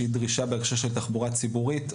שהיא דרישה בהקשר של תחבורה ציבורית,